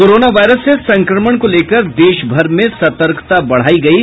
corona virus से संक्रमण को लेकर देशभर में सतर्कता बढ़ायी गयी